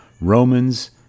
Romans